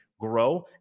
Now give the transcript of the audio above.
grow